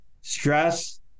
stress